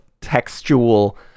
textual